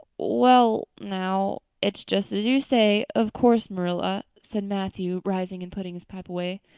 well now, it's just as you say, of course, marilla, said matthew rising and putting his pipe away.